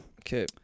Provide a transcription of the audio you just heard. Okay